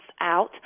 out